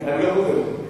אני לא חוזר בי.